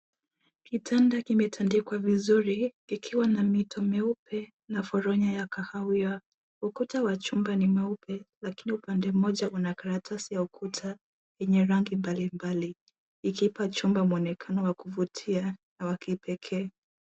Kitada kimetadikwa vizuri ikiwa na mito meupe na foronya ya kahawia ,ukuta wa chumba ni mweupe lakini upande mmoja una karatasi wa ukuta wenye rangi mbali mbali ikipa chumba mwonekano wa kuvutia na wakipekee.